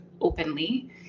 openly